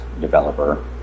developer